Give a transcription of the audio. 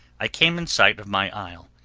i came in sight of my isle,